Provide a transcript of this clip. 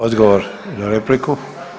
Odgovor na repliku.